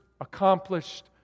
accomplished